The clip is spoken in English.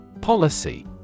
Policy